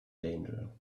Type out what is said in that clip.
danger